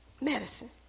medicine